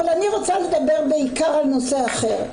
אבל אני רוצה לדבר בעיקר על נושא אחר,